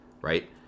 right